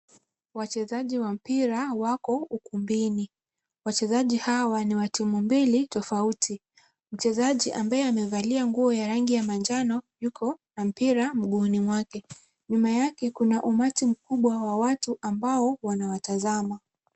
Wachezaji wa mpira wako ukumbini. Wachezaji hawa ni wa timu mbili tofauti. Mchezaji ambaye amevalia nguo ya rangi ya manjano yuko na mpira mguuni mwake. Nyuma yake kuna umati mkubwa wa watu ambao wanawatazama.